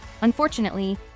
Unfortunately